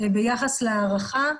ביחס להערכה,